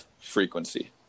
frequency